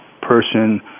person